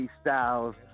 Styles